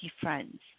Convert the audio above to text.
friends